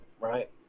right